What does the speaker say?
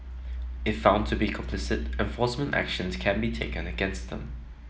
if found to be complicit enforcement actions can be taken against them